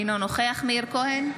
אינו נוכח מאיר כהן,